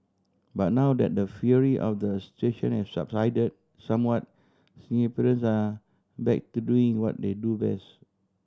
but now that the fury of the situation have subsided somewhat Singaporeans are back to doing what they do best